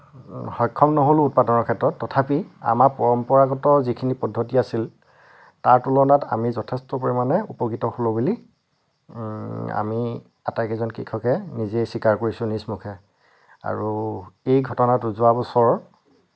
সক্ষম নহ'লোঁ উৎপাদনৰ ক্ষেত্ৰত তথাপি আমাৰ পৰম্পৰাগত যিখিনি পদ্ধতি আছিল তাৰ তুলনাত আমি যথেষ্ট পৰিমাণে উপকৃত হলোঁ বুলি আমি আটাইকেইজন কৃষকে নিজে স্বীকাৰ কৰিছোঁ নিজ মুখে আৰু এই ঘটনাটো যোৱা বছৰ